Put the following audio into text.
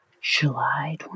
July